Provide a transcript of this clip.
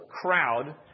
crowd